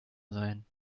sein